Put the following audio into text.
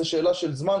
זאת שאלה של זמן,